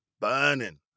Burning